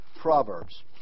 Proverbs